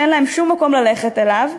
שאין להם שום מקום ללכת אליו,